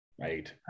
right